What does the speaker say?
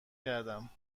کردم